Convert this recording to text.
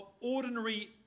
ordinary